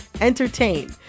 entertain